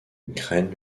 graine